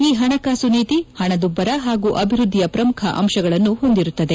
ಈ ಹಣಕಾಸು ನೀತಿ ಹಣದುಬ್ಬರ ಹಾಗೂ ಅಭಿವೃದ್ದಿಯ ಪ್ರಮುಖ ಅಂಶಗಳನ್ನು ಹೊಂದಿರುತ್ತದೆ